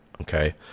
Okay